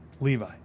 Levi